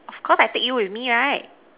of course I take you with me right